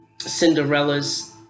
Cinderella's